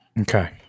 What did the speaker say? Okay